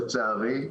לצערי,